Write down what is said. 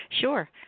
Sure